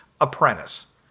apprentice